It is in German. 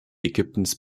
ägyptens